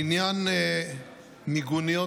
לעניין מיגוניות,